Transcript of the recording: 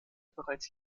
bereits